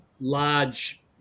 large